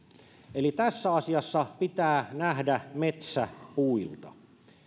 eli tässä asiassa pitää nähdä metsä puilta